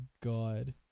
God